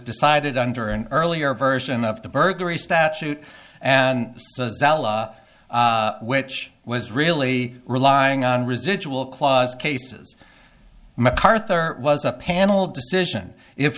decided under an earlier version of the burglary statute and which was really relying on residual clause cases macarthur was a panel decision if